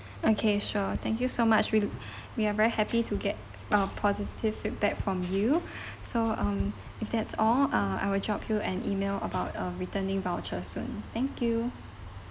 okay sure thank you so much we we are very happy to get uh positive feedback from you so um if that's all uh I will drop you an email about uh returning voucher soon thank you